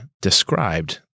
described